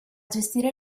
gestire